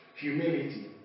humility